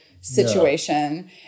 situation